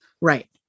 Right